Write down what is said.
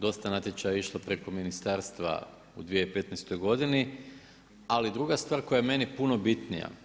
Dosta natječaja je išlo preko ministarstva u 2015. godini, ali druga stvar koja je meni puno bitnija.